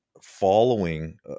following